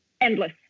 endless